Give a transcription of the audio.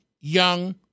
young